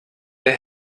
der